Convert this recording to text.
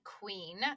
queen